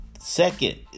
Second